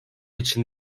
için